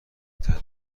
قطعا